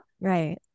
Right